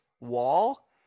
wall